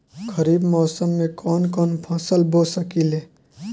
खरिफ मौसम में कवन कवन फसल बो सकि ले?